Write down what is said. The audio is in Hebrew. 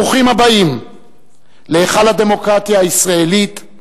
ברוכים הבאים להיכל הדמוקרטיה הישראלית.